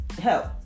help